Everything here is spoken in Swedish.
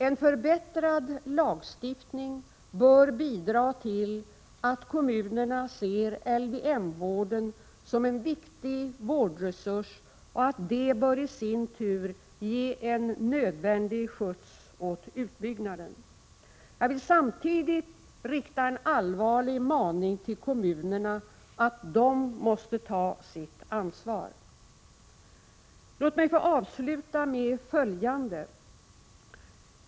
En förbättrad lagstiftning bör bidra till att kommunerna ser LVM-vården som en viktig vårdresurs, och det bör i sin tur ge en nödvändig skjuts åt utbyggnaden. Jag vill samtidigt rikta en allvarlig maning till kommunerna att de måste ta sitt ansvar. Låt mig få avsluta med följande.